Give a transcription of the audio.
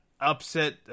Upset